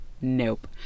nope